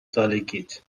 سالگیت